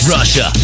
Russia